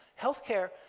Healthcare